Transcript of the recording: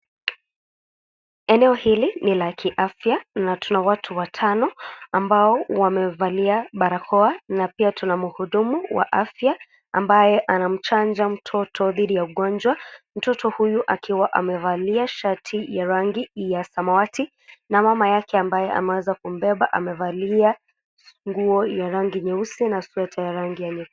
Eneo hili ni la kiafya na tuna watu watano ambao wamevalia barakoa na pia tuna mhudumua wa afya ambaye anamchanja mtoto dhidi ya ugonjwa mtoto huyu akiwa amevalia shati ya rangi ya samawati na mama yake ambaye ameweza kumbeba amevalia nguo ya rangi nyeusi na sweta ya rangi nyekundu.